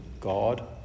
God